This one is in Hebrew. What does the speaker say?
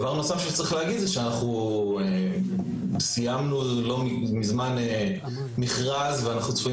דבר נוסף שצריך להגיד זה שסיימנו לא מזמן מכרז ואנחנו צפויים